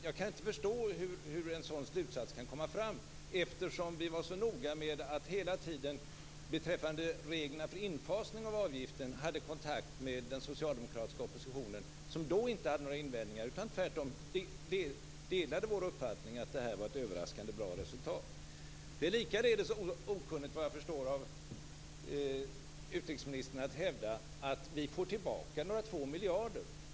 Jag kan inte förstå hur en sådan slutsats kan dras, eftersom vi beträffande reglerna för infasning av avgiften var så noga med att hela tiden ha kontakt med den socialdemokratiska oppositionen, som då inte hade några invändningar, utan tvärtom delade vår uppfattning att det var ett överraskande bra resultat. Det är likaledes, såvitt jag förstår, okunnigt av utrikesministern att hävda att vi får tillbaka 2 miljarder.